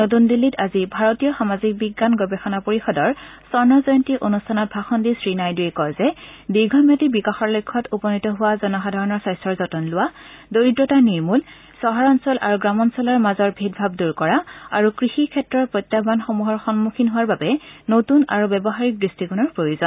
নতুন দিল্লীত আজি ভাৰতীয় সামাজিক বিজ্ঞান গৱেষণা পৰিষদৰ স্বৰ্ণ জয়ন্তী অনুষ্ঠানত ভাষণ দি শ্ৰী নাইড়ৰে কয় যে দীৰ্ঘম্যাদি বিকাশৰ লক্ষ্যত উপনীত হোৱা জনসাধাৰণৰ স্বাস্থ্যৰ যতন লোৱা দৰিদ্ৰতা নিৰ্মূল চহৰাঞ্চল আৰু গ্ৰামাঞ্চলৰ মাজৰ ভেদ ভাৱ দূৰ কৰা আৰু কৃষি ক্ষেত্ৰৰ প্ৰত্যাহানসমূহৰ সন্মখীন হোৱাৰ বাবে নতুন আৰু ব্যৱহাৰিক দৃষ্টিকোণৰ প্ৰয়োজন